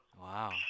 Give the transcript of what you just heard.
Wow